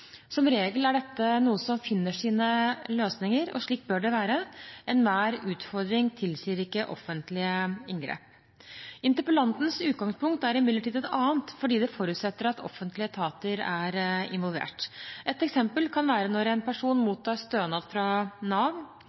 Som regel er dette noe som finner sine løsninger, og slik bør det være. Enhver utfordring tilsier ikke offentlige inngrep. Interpellantens utgangspunkt er imidlertid et annet, fordi det forutsetter at offentlige etater er involvert. Et eksempel kan være når en person som mottar stønad fra Nav,